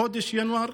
בחודש ינואר,